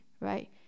right